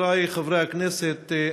חבריי חברי הכנסת,